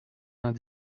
vingt